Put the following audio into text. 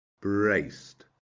braced